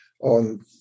on